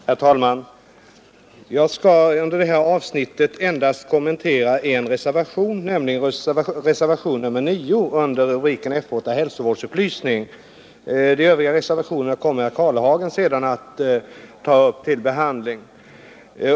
Herr talman! Jag skall i detta avsnitt endast kommentera en reservation vid socialutskottets betänkande nr 5, nämligen reservationen 9 under rubriken F 8. Hälsovårdsupplysning. De övriga reservationerna kommer herr Karlehagen att ta upp till behandling.